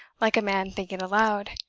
like a man thinking aloud,